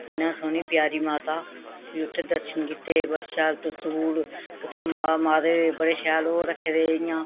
इन्नी सौह्नी प्यारी माता फ्ही उत्थें दर्शन कीते बड़े शैल त्रिशूल उत्थें मां माता दे बड़े शैल ओह् रक्खे दे जियां